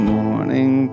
morning